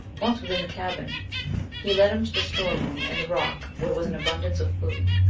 once within the cabin he led him to the store-room in the rock where was an abundance of food,